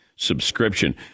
subscription